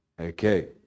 Okay